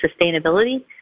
sustainability